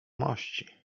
mości